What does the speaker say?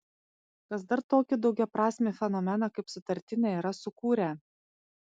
kas dar tokį daugiaprasmį fenomeną kaip sutartinė yra sukūrę